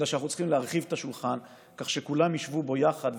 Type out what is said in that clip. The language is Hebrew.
אלא אנחנו צריכים להרחיב את השולחן כך שכולם ישבו בו יחד,